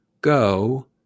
go